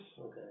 Okay